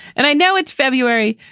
and i know it's february,